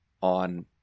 on